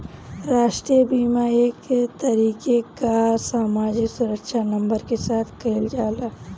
राष्ट्रीय बीमा एक तरीके कअ सामाजिक सुरक्षा नंबर के साथ कइल जाला